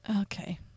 okay